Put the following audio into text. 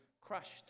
crushed